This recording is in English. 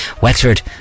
Wexford